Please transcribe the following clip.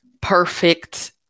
perfect